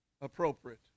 appropriate